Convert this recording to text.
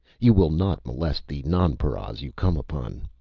you will not molest the nonparas you come upon.